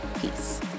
Peace